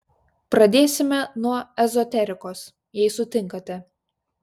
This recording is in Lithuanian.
pradėsime nuo ezoterikos jei sutinkate